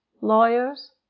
lawyers